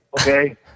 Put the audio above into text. Okay